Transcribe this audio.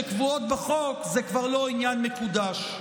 שקבועות בחוק, זה כבר לא עניין מקודש.